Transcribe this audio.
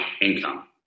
income